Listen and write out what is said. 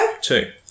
Two